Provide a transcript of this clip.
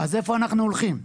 אז לאן אנחנו הולכים?